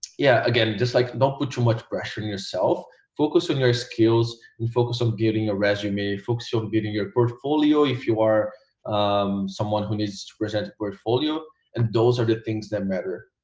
yeah again just like don't put too much pressure on yourself focus on your skills and focus on getting a resume focus on getting your portfolio if you are someone who needs to present a portfolio and those are the things that matter